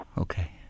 Okay